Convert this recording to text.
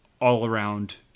all-around